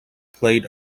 played